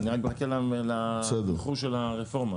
אני מחכה לתמחור של הרפורמה.